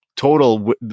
total